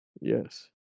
Yes